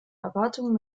erwartungen